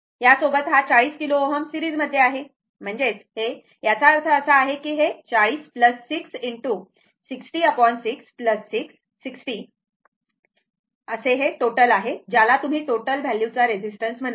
यासोबत हा 40 kilo Ω series मध्ये आहे याचा अर्थ असा की हे 40 6 ✕ 606 60 हे टोटल आहे ज्याला तुम्ही टोटल व्हॅल्यू चा रेसिस्टन्स म्हणाल